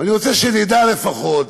ואני רוצה שנדע, לפחות,